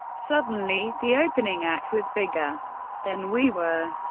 suddenly, the opening act was bigger than we were.